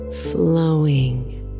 flowing